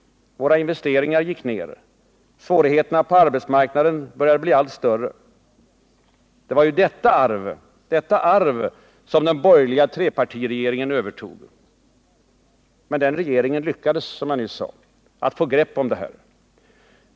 Våra investeringar gick ner. Svårigheterna på arbetsmarknaden började bli allt större. Det var ju detta arv som den borgerliga trepartiregeringen övertog, men den regeringen lyckades — som jag nyss sade — att få grepp om detta.